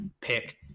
pick